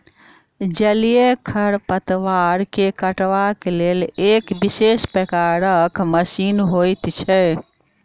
जलीय खढ़पतवार के काटबाक लेल एक विशेष प्रकारक मशीन होइत छै